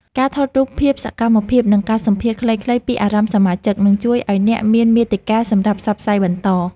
ការថតរូបភាពសកម្មភាព និងការសម្ភាសន៍ខ្លីៗពីអារម្មណ៍សមាជិក នឹងជួយឱ្យអ្នកមានមាតិកាសម្រាប់ផ្សព្វផ្សាយបន្ត។